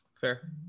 Fair